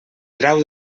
trau